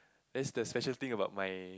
that's the session thing about my